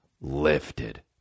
Lifted